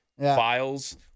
files